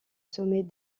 sommet